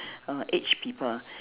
err aged people